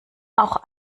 auch